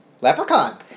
Leprechaun